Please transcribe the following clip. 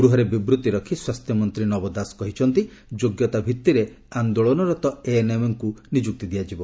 ଗୃହରେ ବିବୃତ୍ତି ରଖି ସ୍ୱାସ୍ଥ୍ୟମନ୍ତୀ ନବ ଦାଶ କହିଛନ୍ତି ଯୋଗ୍ୟତା ଭିଭିରେ ଆନ୍ଦୋଳନରତ ଏଏନ୍ଏମ୍ଙ୍କୁ ନିଯୁକ୍ତି ଦିଆଯିବ